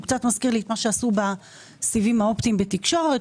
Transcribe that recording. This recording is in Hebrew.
הוא קצת מזכיר לי את מה שעשו בסיבים האופטיים בתקשורת,